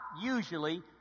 usually